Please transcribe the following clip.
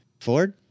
Ford